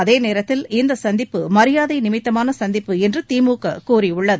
அதேநோத்தில் இந்தச் சந்திப்பு மரியாதை நிமித்தமான சந்திப்பு என்று திமுக கூறியுள்ளது